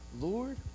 Lord